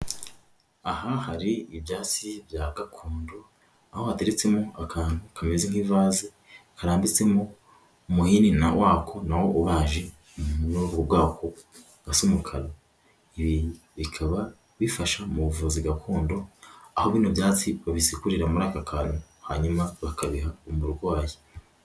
Aha hari ibyatsi bya gakondo aho wateretsemo akantu kameze nk'ivase karambitsemo umuhini wako nawo ubaje muri ubu bwoko usa umukara, ibi bikaba bifasha mu buvuzi gakondo aho bino byatsi babisekurira muri aka kantu hanyuma bakabiha umurwayi.